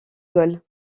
gaulle